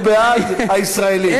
הוא בעד הישראלים,